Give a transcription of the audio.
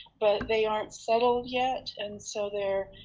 but they aren't settled yet, and so they're